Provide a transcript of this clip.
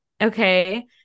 okay